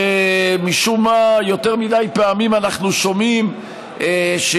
שמשום מה יותר מדי פעמים אנחנו שומעים שהיא